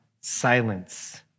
silence